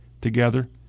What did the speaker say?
together